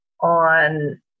on